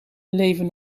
leven